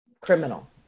criminal